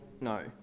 no